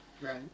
Right